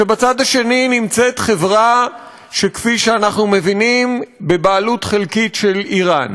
שבצד השני נמצאת חברה שכפי שאנחנו מבינים היא בבעלות חלקית של איראן,